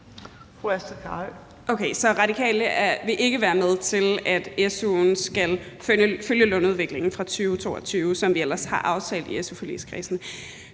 Radikale vil ikke være med til, at su'en skal følge lønudviklingen fra 2022, som vi ellers har aftalt i su-forligskredsen.